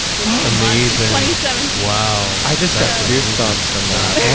which is the twenty seventh. wow i just got goose bumps from that